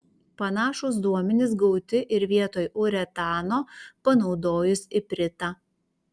panašūs duomenys gauti ir vietoj uretano panaudojus ipritą